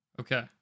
okay